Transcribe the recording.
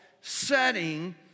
setting